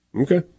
Okay